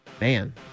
Man